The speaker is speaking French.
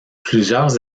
plusieurs